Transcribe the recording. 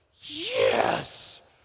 yes